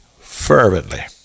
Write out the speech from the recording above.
fervently